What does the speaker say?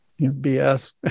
BS